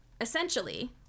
Essentially